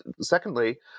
secondly